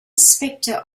specter